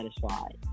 satisfied